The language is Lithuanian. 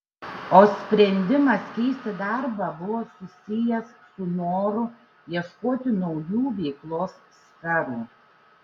o sprendimas keisti darbą buvo susijęs su noru ieškoti naujų veiklos sferų